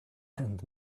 and